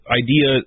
idea